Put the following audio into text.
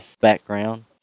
background